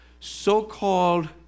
so-called